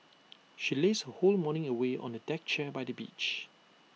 she lazed her whole morning away on A deck chair by the beach